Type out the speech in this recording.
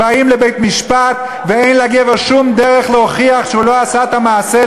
שבאים לבית-משפט ואין לגבר שום דרך להוכיח שהוא לא עשה את המעשה,